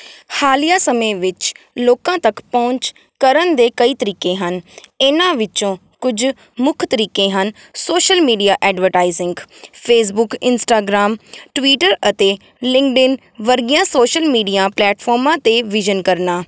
ਹਾਲੀਆ ਸਮੇਂ ਵਿੱਚ ਲੋਕਾਂ ਤੱਕ ਪਹੁੰਚ ਕਰਨ ਦੇ ਕਈ ਤਰੀਕੇ ਹਨ ਇਨ੍ਹਾਂ ਵਿੱਚੋਂ ਕੁਝ ਮੁੱਖ ਤਰੀਕੇ ਹਨ social media advertising Facebook Instagram Twitter ਅਤੇ ਲਿੰਕਡਇਨ ਵਰਗੀਆਂ ਸੋਸ਼ਲ ਮੀਡੀਆ ਪਲੈਟਫੋਮਾਂ 'ਤੇ ਵੀਜਨ ਕਰਨਾ